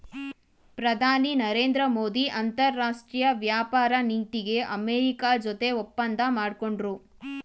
ಪ್ರಧಾನಿ ನರೇಂದ್ರ ಮೋದಿ ಅಂತರಾಷ್ಟ್ರೀಯ ವ್ಯಾಪಾರ ನೀತಿಗೆ ಅಮೆರಿಕ ಜೊತೆ ಒಪ್ಪಂದ ಮಾಡ್ಕೊಂಡ್ರು